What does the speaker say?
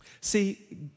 See